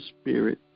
spirit